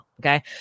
Okay